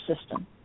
system